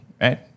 Right